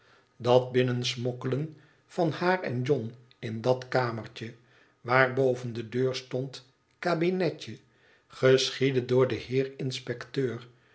dat binnensmokkelen van haar en john in dat kamertje waar boven de deur stond kabinetje geschiedde door den heer inspecteur